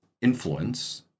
influence